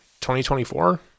2024